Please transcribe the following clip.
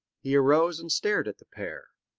he arose and stared at the pair.